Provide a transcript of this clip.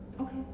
Okay